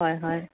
হয় হয়